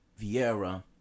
Vieira